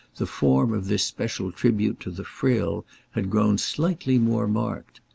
the form of this special tribute to the frill had grown slightly more marked.